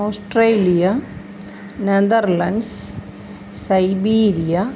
Australia Netherlands siberia